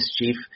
mischief